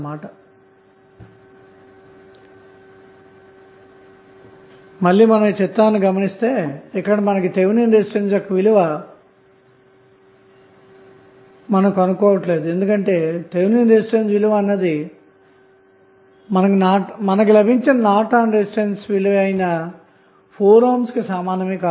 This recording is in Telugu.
కాబట్టి మళ్ళీ చిత్రాన్ని గమనిస్తే ఇక్కడ మనం థెవెనిన్ రెసిస్టెన్స్ యొక్క విలువను కనుక్కోవడం లేదు ఎందుకంటే థెవెనిన్ రెసిస్టెన్స్ విలువ అన్నది మనకు లభించిన నార్టన్ రెసిస్టెన్స్ యొక్క 4 ohm విలువకు సమానమే కాబట్టి